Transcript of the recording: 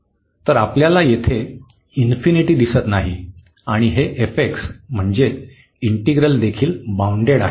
तर आपणास येथे दिसत नाही आणि हे fx म्हणजे इन्टीग्रन्ड देखील बाउंडेड आहे